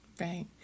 Right